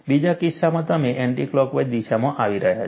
બીજા કિસ્સામાં તમે એન્ટિકલોકવાઇઝ દિશામાં આવી રહ્યા છો